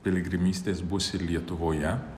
piligrimystės bus ir lietuvoje